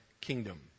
kingdom